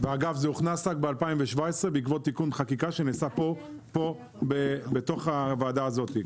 אגב זה הוכנס רק ב-2017 בעקבות תיקון חקיקה שנעשה פה בוועדה הזאת.